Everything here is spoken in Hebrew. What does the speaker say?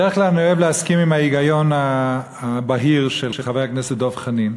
בדרך כלל אני אוהב להסכים להיגיון הבהיר של חבר הכנסת דב חנין.